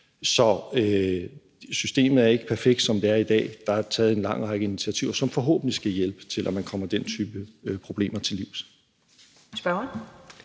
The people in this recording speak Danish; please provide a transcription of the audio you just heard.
Så systemet er ikke perfekt, som det er i dag. Der er taget en lang række initiativer, som forhåbentlig kan hjælpe med til, at man kommer den type problemer til livs.